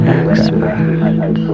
expert